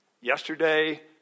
yesterday